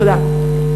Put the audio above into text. תודה.